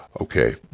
Okay